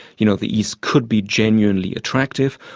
you know the east could be genuinely attractive.